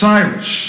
Cyrus